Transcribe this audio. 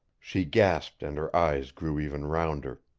she gasped, and her eyes grew even rounder.